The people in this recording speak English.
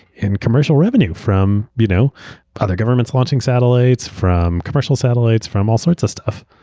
in commercial revenue from you know other governments launching satellites, from commercial satellites, from all sorts of stuff.